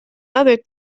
other